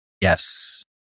Yes